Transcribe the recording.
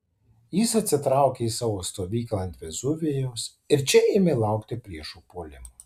jis atsitraukė į savo stovyklą ant vezuvijaus ir čia ėmė laukti priešo puolimo